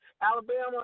Alabama